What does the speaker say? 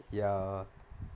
ya